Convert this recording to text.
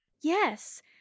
Yes